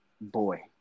boy